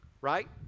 right